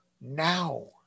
now